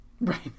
Right